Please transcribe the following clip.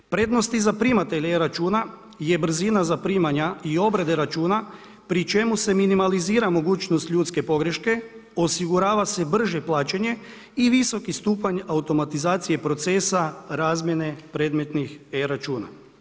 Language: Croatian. Prednosti za primatelje e-računa je brzina zaprimanja i obrade računa pri čemu se minimalizira mogućnost ljudske pogreške, osigurava se brže plaćanje i visoki stupanj automatizacije procesa, razmjene predmetnih e-računa.